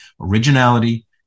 Originality